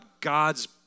God's